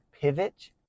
pivot